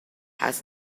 has